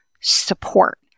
support